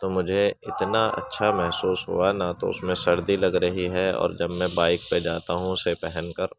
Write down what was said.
تو مجھے اتنا اچھا محسوس ہوا نہ تو اس میں سردی لگ رہی ہے اور جب میں بائیک پہ جاتا ہوں اسے پہن کر